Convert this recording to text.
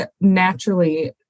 naturally